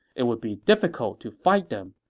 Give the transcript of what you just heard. it would be difficult to fight them.